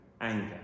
anger